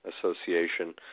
Association